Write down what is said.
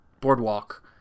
boardwalk